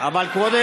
אדוני,